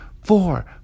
four